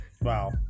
Wow